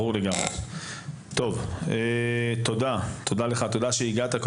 ברור לגמרי, תודה לך, תודה שהגעת.